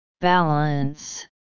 Balance